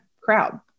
crowd